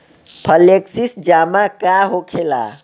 Flexi जमा का होखेला?